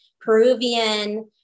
Peruvian